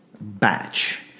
batch